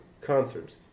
concerts